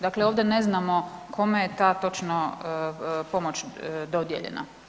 Dakle, ovdje ne znamo kome je ta točno pomoć dodijeljena?